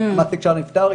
המעסיק שהיה נפטר,